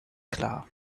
klar